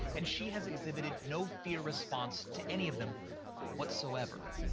and she has exhibited no fear response to any of them whatsoever.